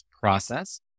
process